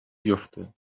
بیافته